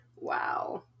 Wow